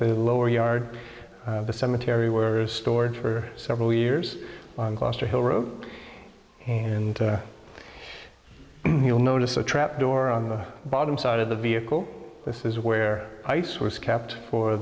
the lower yard the cemetery where is stored for several years gloucester hill road and you'll notice a trapdoor on the bottom side of the vehicle this is where ice was kept for